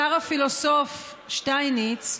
השר הפילוסוף שטייניץ,